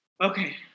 Okay